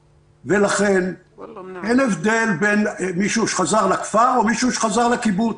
לכן אין הבדל בין מישהו שחזר לכפר או מישהו שחזר לקיבוץ.